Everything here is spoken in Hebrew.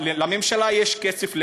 לממשלה יש כסף לעמונה,